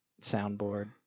soundboard